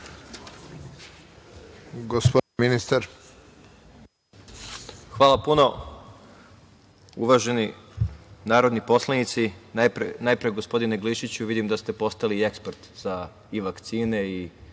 Hvala puno. Uvaženi narodni poslanici, najpre gospodine Glišiću vidim da ste postali i ekspert i vakcine i